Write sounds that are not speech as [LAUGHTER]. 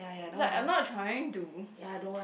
it's like I'm not trying to [BREATH]